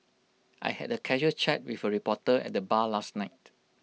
I had A casual chat with A reporter at the bar last night